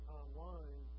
online